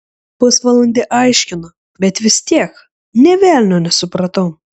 pusvalandį aiškino bet vis tiek nė velnio nesupratau